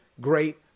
great